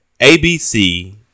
ABC